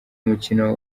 mukino